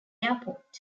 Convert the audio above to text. airport